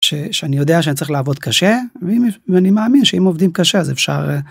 שאני יודע שאני צריך לעבוד קשה, ואני מאמין שאם עובדים קשה אז אפשר.